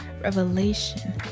revelation